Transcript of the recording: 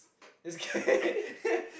just kidding